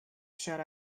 shut